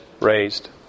raised